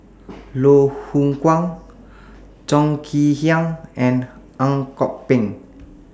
Loh Hoong Kwan Chong Kee Hiong and Ang Kok Peng